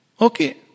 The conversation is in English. Okay